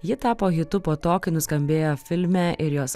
ji tapo hitu po to kai nuskambėjo filme ir jos